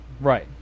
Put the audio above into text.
Right